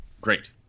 great